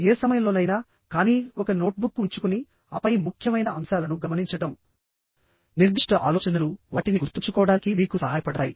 ఏ సమయంలోనైనా కానీ ఒక నోట్బుక్ ఉంచుకుని ఆపై ముఖ్యమైన అంశాలను కొన్ని పదాలను కూడా గమనించడం నిర్దిష్ట ఆలోచనలు వాటిని గుర్తుంచుకోవడానికి మీకు సహాయపడతాయి